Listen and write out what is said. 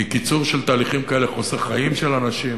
כי קיצור של תהליכים כאלה חוסך חיים של אנשים